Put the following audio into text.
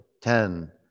ten